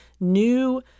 new